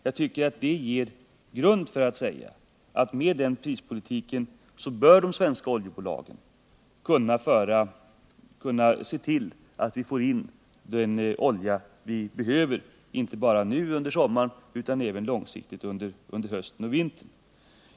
Det ger grund att säga att med den prispolitiken bör de svenska oljebolagen kunna se till att vi får in den olja vi behöver, inte bara nu under sommaren utan även långsiktigt under hösten och vintern.